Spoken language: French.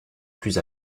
plus